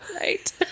Right